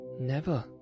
Never